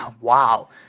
wow